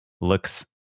Looks